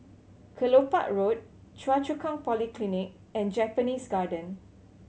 Kelopak Road Choa Chu Kang Polyclinic and Japanese Garden